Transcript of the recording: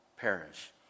perish